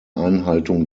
einhaltung